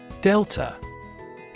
Delta